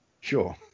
Sure